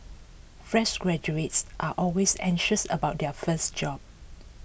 fresh graduates are always anxious about their first job